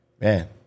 Man